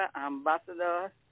Ambassador